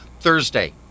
Thursday